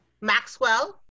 Maxwell